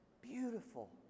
beautiful